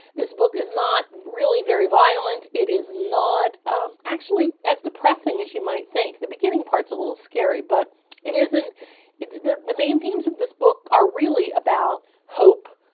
this book is not really very violent it is not actually as depressing as you might think. the beginning part's a little scary, but it isn't the the main themes of this book are really about hope,